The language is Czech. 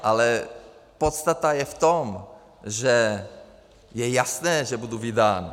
Ale podstata je v tom, že je jasné, že budu vydán.